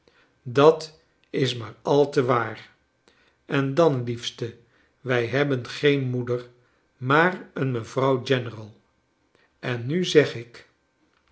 dat is maar al te waar en dan liefste wij hebben geen moeder maar een mevrouw general en nu zeg ik